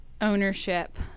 ownership